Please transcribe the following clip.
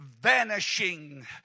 vanishing